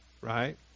right